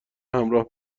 همراه